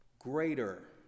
Greater